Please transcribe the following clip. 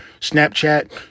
Snapchat